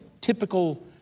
typical